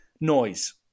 noise